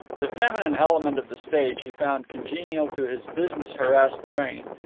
the feminine element of the stage he found congenial to his business-harassed brain,